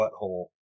butthole